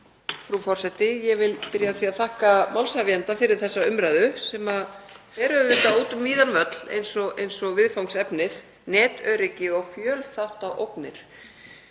Frú forseti. Ég vil byrja á því að þakka málshefjanda fyrir þessa umræðu, sem fer auðvitað út um víðan völl eins og viðfangsefnið, netöryggi og fjölþáttaógnir.